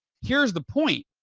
here's the point.